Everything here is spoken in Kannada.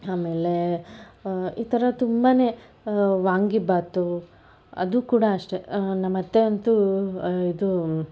ಆಮೇಲೆ ಈ ಥರ ತುಂಬನೇ ವಾಂಗಿಬಾತು ಅದು ಕೂಡ ಅಷ್ಟೇ ನಮ್ಮತ್ತೆ ಅಂತೂ ಇದು